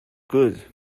good